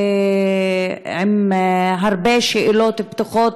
עם הרבה שאלות פתוחות,